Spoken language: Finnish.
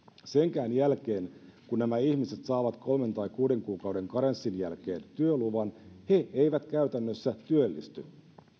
senkään jälkeen kun nämä ihmiset saavat kolmen tai kuuden kuukauden karenssin jälkeen työluvan he eivät käytännössä työllisty